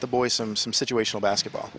the boy some some situational basketball